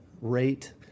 rate